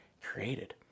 created